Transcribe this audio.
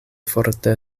forte